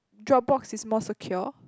Dropbox is more secure